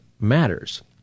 matters